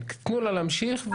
תנו לה להמשיך.